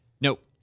Nope